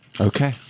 Okay